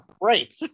right